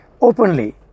openly